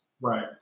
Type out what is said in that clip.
right